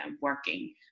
working